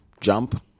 jump